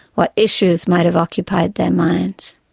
what issues might have occupied their minds?